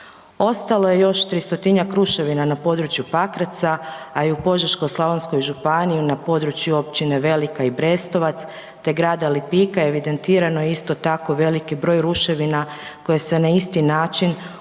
Ostalo je još 300-tinjak ruševina na području Pakraca, a i u Požeško-slavonskoj županiji na području općine Velika i Brestovac, te grada Lipika evidentirano je isto tako veliki broj ruševina koje se na isti način uz